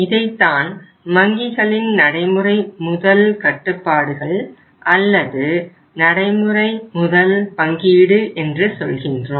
இதைத்தான் வங்கிகளின் நடைமுறை முதல் கட்டுப்பாடுகள் அல்லது நடைமுறை முதல் பங்கீடு என்று சொல்கின்றோம்